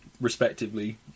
respectively